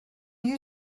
you